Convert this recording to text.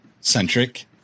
centric